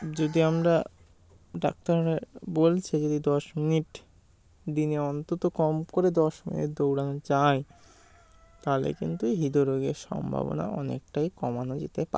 যদি আমরা ডাক্তাররা বলছে যদি দশ মিনিট দিনে অন্তত কম করে দশ মিনিট দৌড়ানো যায় তাহলে কিন্তু হৃদরোগের সম্ভাবনা অনেকটাই কমানো যেতে পারে